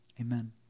amen